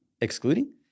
excluding